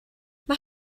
mae